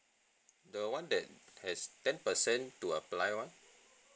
the one that has ten percent to apply [one]